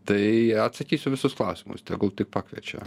tai atsakysiu į visus klausimus tegul tik pakviečia